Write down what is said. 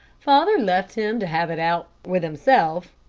father left him to have it out with himself,